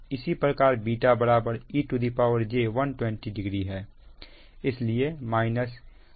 इसी प्रकार β ej120 degree है